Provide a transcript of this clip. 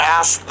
ask